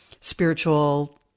spiritual